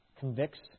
convicts